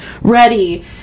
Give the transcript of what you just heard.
ready